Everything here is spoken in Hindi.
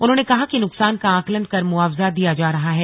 उन्होंने कहा कि नुकसान का आकलन कर मुआवजा दिया जा रहा है